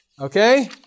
okay